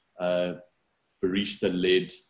barista-led